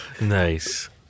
Nice